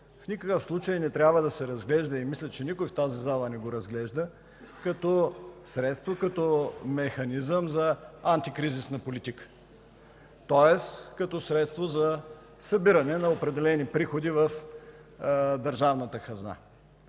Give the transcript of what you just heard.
в никакъв случай не трябва да се разглежда – мисля, че никой в тази зала не го разглежда – като средство, като механизъм за антикризисна политика, тоест като средство за събиране на определени приходи в държавната хазна.